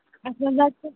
اَسہِ حظ واتہِ